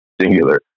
singular